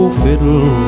fiddle